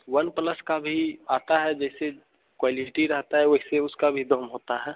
one plus का भी आता है जैसे क्वालिटी रहता है वैसे उसका भी दाम होता है